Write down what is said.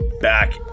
back